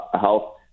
health